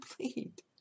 complete